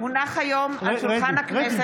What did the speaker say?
כמו כן הונח היום על שולחן הכנסת,